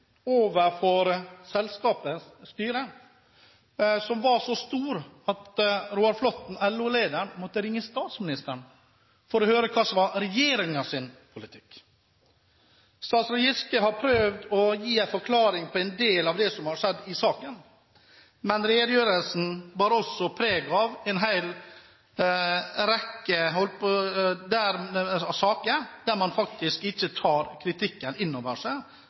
overfor selskapets styre, som var så stor at Roar Flåthen, LO-lederen, måtte ringe statsministeren for å høre hva som var regjeringens politikk? Statsråd Giske har prøvd å gi en forklaring på en del av det som har skjedd i saken, men redegjørelsen bar også preg av en rekke saker der man faktisk ikke tar kritikken av det som har framkommet, inn over seg.